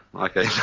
okay